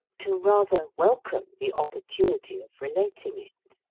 to rather welcome the opportunity of relating it.